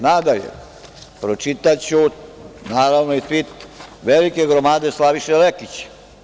Nadalje, pročitaću naravno i tvit velike goramade Slaviše Lekić.